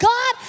God